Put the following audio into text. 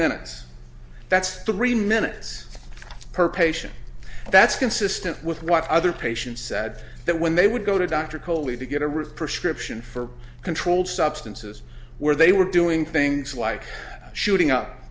minutes that's three minutes per patient that's consistent with what other patients said that when they would go to dr coley to get a real prescription for controlled substances where they were doing things like shooting up